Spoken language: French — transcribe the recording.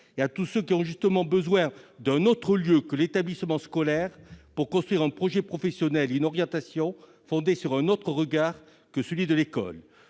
et à tous ceux qui ont justement besoin d'un autre lieu que l'établissement scolaire pour construire un projet professionnel, une orientation fondée sur un autre regard que celui de l'école.